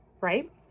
Right